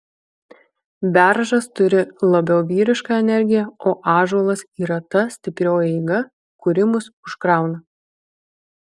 beržas turi turi labiau vyrišką energiją o ąžuolas yra ta stiprioji jėga kuri mus užkrauna